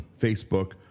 Facebook